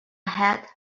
hat